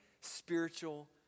spiritual